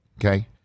okay